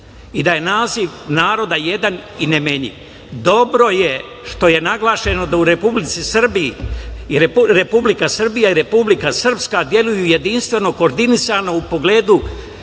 i da je naziv naroda jedan i nemenljiv. Dobro je što je naglašeno da Republika Srbija i Republika Srpska deluju jedinstveno, koordinisano u pogledu